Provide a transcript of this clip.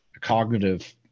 cognitive